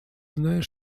знаешь